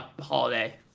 holiday